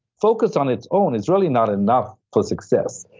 focus on its own is really not enough for success.